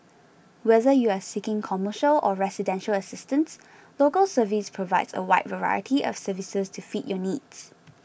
whether you are seeking commercial or residential assistance Local Service provides a wide variety of services to fit your needs